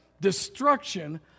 destruction